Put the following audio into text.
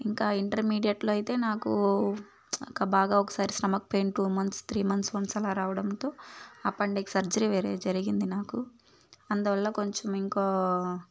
ఇంకా ఇంటర్మీడియట్లో అయితే నాకు అక్క బాగా ఒకసారి stomach pain two months three months once అలా రావడంతో అపెండెక్స్ సర్జరీ వేరే జరిగింది నాకు అందువల్ల కొంచెం ఇంకో